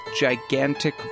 gigantic